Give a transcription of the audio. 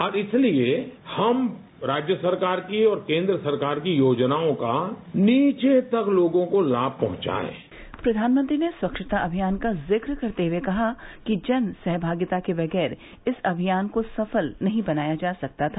अब इसीलिये हम राज्य सरकार की और केन्द्र सरकार की योजनाओं का नीचे तक लोगों को लाभ पहचायें प्रधानमंत्री ने स्वच्छता अभियान का जिक करते हुए कहा कि जन सहभागिता के बगैर इस अभियान को सफल नहीं बनाया जा सकता था